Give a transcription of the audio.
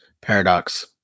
paradox